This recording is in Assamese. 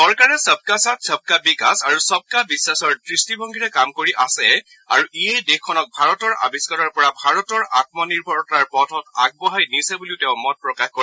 চৰকাৰে চবকা ছাথ চবকা বিকাশ আৰু চবকা বিশ্বাসৰ দৃষ্টিভংগীৰে কাম কৰি আছে আৰু ইয়েই দেশখনক ভাৰতৰ আৱিহ্বাৰৰ পৰা ভাৰতৰ আমনিৰ্ভৰতাৰ পথত আগবঢ়াই নিছে বুলিও তেওঁ মত প্ৰকাশ কৰে